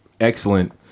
excellent